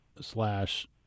slash